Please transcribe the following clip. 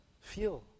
Feel